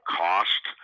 cost